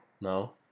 no